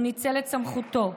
הוא ניצל את סמכותו,